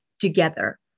together